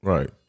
Right